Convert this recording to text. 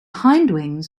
hindwings